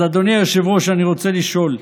אז אדוני היושב-ראש, אני רוצה לשאול: